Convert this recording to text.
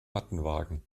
mattenwagen